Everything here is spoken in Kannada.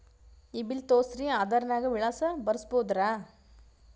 ಈ ಬಿಲ್ ತೋಸ್ರಿ ಆಧಾರ ನಾಗ ವಿಳಾಸ ಬರಸಬೋದರ?